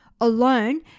alone